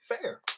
fair